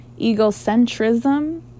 egocentrism